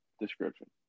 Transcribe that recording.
description